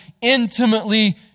intimately